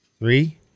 Three